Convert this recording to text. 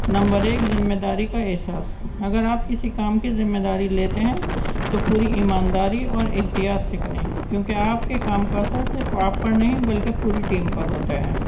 number ایک ذمہ داری کا احساس اگر آپ کسی کام کی ذمے داری لیتے ہیں تو پوری ایمانداری اور احتیاط سے کریں کیونکہ آپ کے کام کا اثر صرف آپ پر نہیں بلکہ پوری ٹیم پر ہوتا ہے